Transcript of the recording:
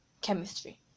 chemistry